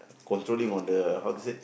controlling on the how to say